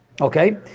Okay